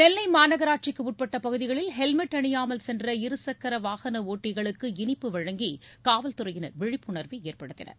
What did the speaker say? நெல்லை மாநகராட்சிக்கு உட்பட்ட பகுதிகளில் ஹெல்மெட் அணியாமல் சென்ற இருசக்கர வாகன ஒட்டிகளுக்கு இனிப்பு வழங்கி காவல்துறையினர் விழிப்புணர்வை ஏற்படுத்தினர்